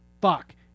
fuck